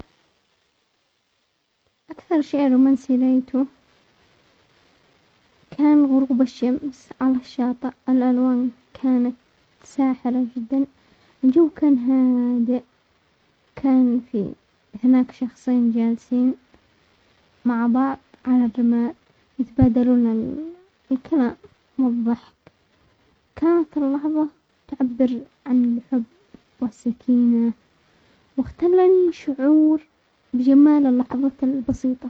اكثر شيء رومانسي رأيته كان غروب الشمس على الشاطئ، الالوان كانت ساحرة جدا، الجو كان هادئ، كان في هناك شخصين جالسين معع بعض على الرمال، يتبادلون الكلام والضحك، كانت اللحظة تعبر عن الحب والسكينة واختلني شعور بجمال اللحظة البسيطة.